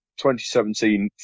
2017